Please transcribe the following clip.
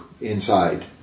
inside